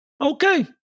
okay